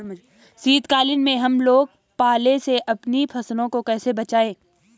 शीतकालीन में हम लोग पाले से अपनी फसलों को कैसे बचाएं?